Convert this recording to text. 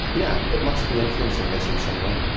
yeah it must be influencing this in some way.